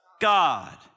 God